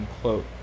quote